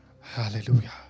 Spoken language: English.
Hallelujah